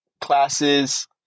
classes